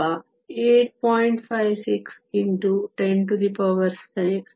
5 6 x 1 07 c m3 ನ ಲ್ಲಿ ಬ ರೆ ಯ ಬ ಹು ದು